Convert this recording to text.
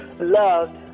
loved